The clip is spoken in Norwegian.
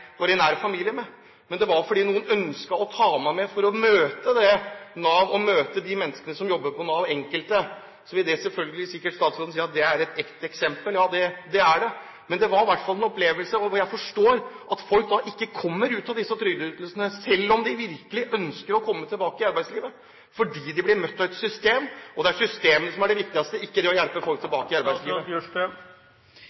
i nær familie med, men noen ønsket altså å ta meg med for å møte Nav og enkelte av de menneskene som jobber i Nav. Så vil selvfølgelig statsråden sikkert si at det er ett eksempel – og ja, det er det. Men det var i hvert fall en opplevelse, og jeg forstår at folk da ikke kommer seg ut av disse trygdeytelsene selv om de virkelig ønsker å komme tilbake til arbeidslivet, for de blir møtt av et system – og det er systemet som er det viktigste, ikke det å hjelpe folk